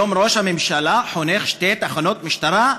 היום ראש הממשלה חונך שתי תחנות משטרה,